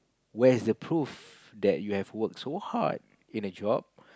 where is the proof that you have worked so hard in a job